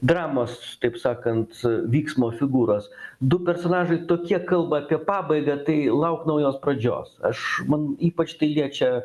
dramos taip sakant vyksmo figūros du personažai tokie kalba apie pabaigą tai lauk naujos pradžios aš man ypač tai liečia